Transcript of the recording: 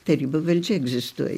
tarybų valdžia egzistuoja